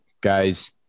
guys